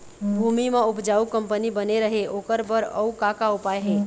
भूमि म उपजाऊ कंपनी बने रहे ओकर बर अउ का का उपाय हे?